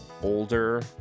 older